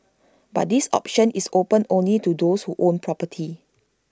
but this option is open only to those who own property